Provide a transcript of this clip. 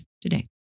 today